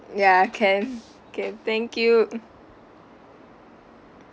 ya can can thank you